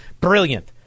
Brilliant